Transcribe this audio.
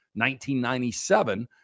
1997